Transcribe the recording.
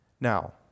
Now